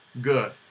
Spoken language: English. good